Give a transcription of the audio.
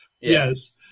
Yes